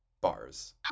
bars